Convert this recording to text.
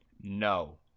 No